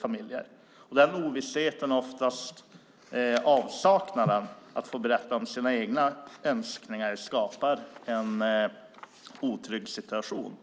familjer. Den ovissheten beror ofta på avsaknaden av att få berätta om sina egna önskningar, och det skapar en otrygg situation.